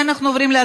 45 חברי